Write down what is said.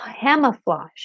camouflage